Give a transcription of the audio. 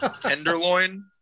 Tenderloin